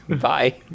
Bye